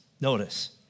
Notice